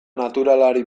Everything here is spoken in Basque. naturalari